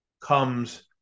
comes